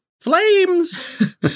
Flames